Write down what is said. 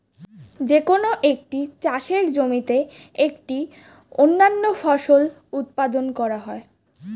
যে কোন একটি চাষের জমিতে একটি অনন্য ফসল উৎপাদন করা হয়